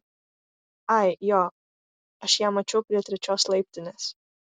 ai jo aš ją mačiau prie trečios laiptinės